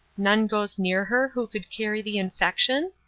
none goes near her who could carry the infection?